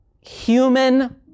human